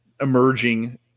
emerging